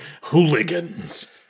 hooligans